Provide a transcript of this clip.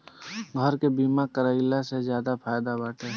घर के बीमा कराइला से ज्यादे फायदा बाटे